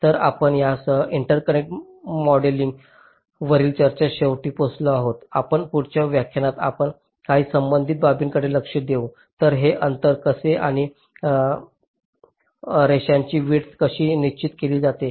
तर आपण यासह इंटरकनेक्ट मॉडेलिंगवरील चर्चेच्या शेवटी पोहोचलो आहोत आपल्या पुढच्या व्याख्यानात आपण काही संबंधित बाबींकडे लक्ष देऊ तर हे अंतर कसे आणि रेषांची विड्थ कशी निश्चित केली जाते